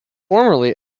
formerly